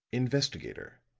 investigator,